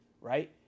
right